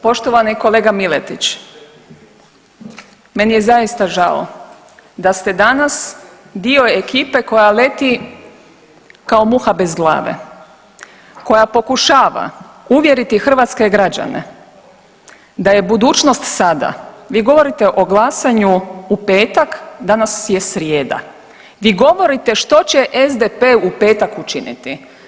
Poštovani kolega Miletić, meni je zaista žao da ste danas dio ekipe koja leti kao muha bez glave, koja pokušava uvjeriti hrvatske građane da je budućnost sada, vi govorite o glasanju u petak, danas je srijeda, gdje govorite što će SDP u petak učiniti.